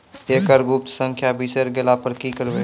एकरऽ गुप्त संख्या बिसैर गेला पर की करवै?